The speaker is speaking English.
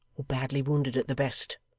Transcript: or badly wounded at the best